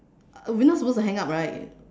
uh we are not suppose to hang up right